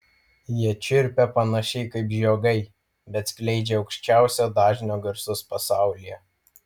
jie čirpia panašiai kaip žiogai bet skleidžia aukščiausio dažnio garsus pasaulyje